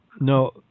No